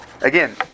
Again